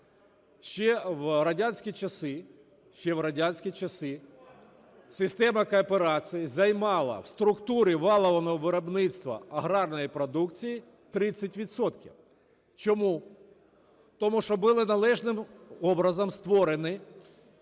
ще в радянські часи система кооперації займала в структурі валового виробництва аграрної продукції 30 відсотків. Чому? Тому що були належним образом створені